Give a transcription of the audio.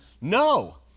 no